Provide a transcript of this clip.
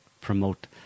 promote